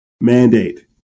mandate